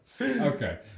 Okay